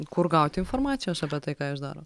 kur gauti informacijos apie tai ką jūs darot